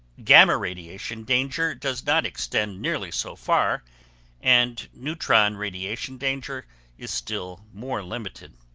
gamma radiation danger does not extend nearly so far and neutron radiation danger is still more limited.